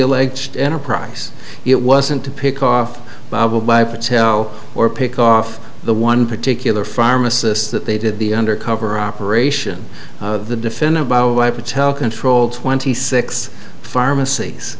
alleged enterprise it wasn't to pick off bob a by patel or pick off the one particular pharmacist that they did the undercover operation the defendant about why patel control twenty six pharmacies